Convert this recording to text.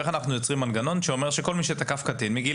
איך אנחנו יוצרים מנגנון שאומר שכל מי שתקף קטין מגיל